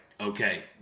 okay